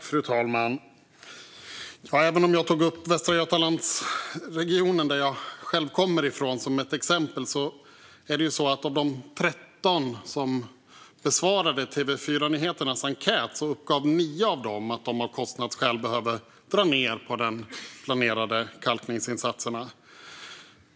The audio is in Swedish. Fru talman! Även om jag tog upp Västra Götalandsregionen, som jag själv kommer från, som ett exempel uppgav 9 av de 13 regioner som besvarade TV4-nyheternas enkät att de av kostnadsskäl behöver dra ned på de planerade kalkningsinsatserna.